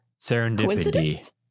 Serendipity